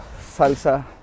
salsa